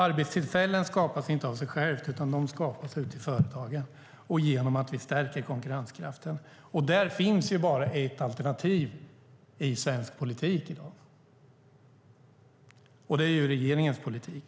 Arbetstillfällen skapas inte av sig själva; de skapas i företagen och genom att vi stärker konkurrenskraften. Där finns bara ett alternativ i svensk politik, nämligen regeringens politik.